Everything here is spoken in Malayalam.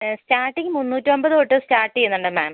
സ്റ്റാർട്ടിംഗ് മുന്നൂറ്റൻപത് തൊട്ട് സ്റ്റാർട്ട് ചെയ്യുന്നുണ്ട് മാം